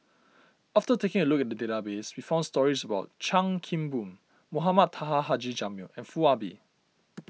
after taking a look at the database we found stories about Chan Kim Boon Mohamed Taha Haji Jamil and Foo Ah Bee